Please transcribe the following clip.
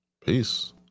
peace